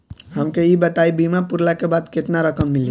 हमके ई बताईं बीमा पुरला के बाद केतना रकम मिली?